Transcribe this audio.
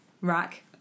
Rack